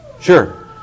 Sure